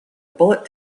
bullet